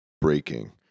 breaking